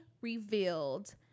revealed